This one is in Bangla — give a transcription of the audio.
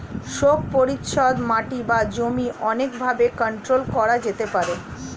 শোক পরিচ্ছদ মাটি বা জমি অনেক ভাবে কন্ট্রোল করা যেতে পারে